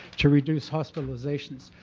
to reduce hospitalizations,